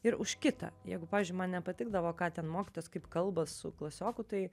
ir už kitą jeigu pavyzdžiui man nepatikdavo ką ten mokytojas kaip kalba su klasioku tai